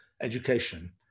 education